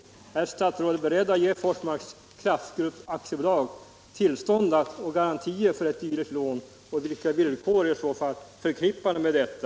Är statsrådet beredd att ge Forsmarks Kraftgrupp AB garantier för ett dylikt lån, och vilka villkor är i så fall förknippade med detta?